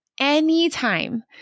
Anytime